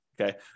Okay